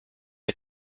der